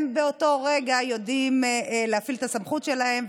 הם באותו רגע יודעים להפעיל את הסמכות שלהם,